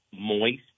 moist